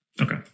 Okay